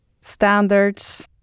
standards